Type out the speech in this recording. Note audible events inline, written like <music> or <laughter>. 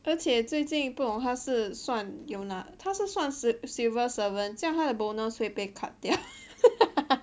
而且最近不懂他是算有拿他是算是 civil servant 这样他的 bonus 会被 cut 掉 <laughs>